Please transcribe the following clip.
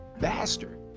bastard